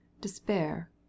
despair